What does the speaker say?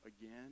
again